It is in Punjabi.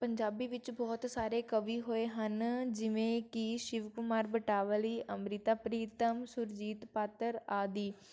ਪੰਜਾਬੀ ਵਿੱਚ ਬਹੁਤ ਸਾਰੇ ਕਵੀ ਹੋਏ ਹਨ ਜਿਵੇਂ ਕਿ ਸ਼ਿਵ ਕੁਮਾਰ ਬਟਾਲਵੀ ਅੰਮ੍ਰਿਤਾ ਪ੍ਰੀਤਮ ਸੁਰਜੀਤ ਪਾਤਰ ਆਦਿ